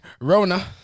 Rona